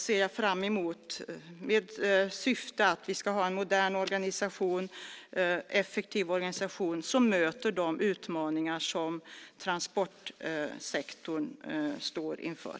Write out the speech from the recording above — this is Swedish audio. Syftet är att vi ska få en modern och effektiv organisation som möter de utmaningar som transportsektorn står inför.